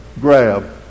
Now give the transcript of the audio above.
grab